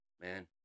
man